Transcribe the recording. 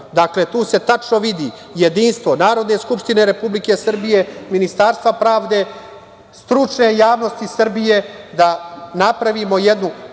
Dakle, tu se tačno vidi jedinstvo Narodne skupštine Republike Srbije, Ministarstva pravde, stručne javnosti Srbije, da napravimo jednu